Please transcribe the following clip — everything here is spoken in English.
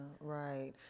Right